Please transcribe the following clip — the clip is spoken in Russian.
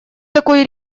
такой